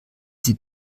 sie